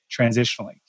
transitionally